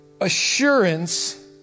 assurance